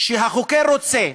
שהחוקר רוצה.